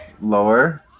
Lower